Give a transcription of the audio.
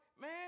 man